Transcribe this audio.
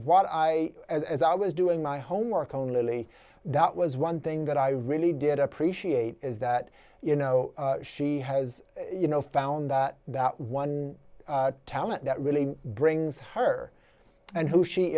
what i as i was doing my homework only that was one thing that i really did appreciate is that you know she has you know found that that one talent that really brings her and who she